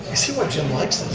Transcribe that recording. see why jim likes